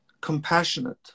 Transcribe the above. compassionate